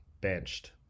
Benched